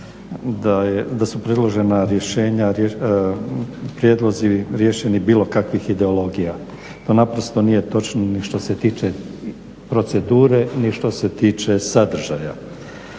da su predložena rješenja prijedlozi riješeni bilo kakvih ideologija. To naprosto nije točno ni što se tiče procedure ni što se tiče sadržaja.